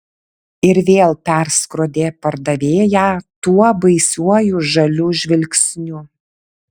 ir vėl perskrodė pardavėją tuo baisiuoju žaliu žvilgsniu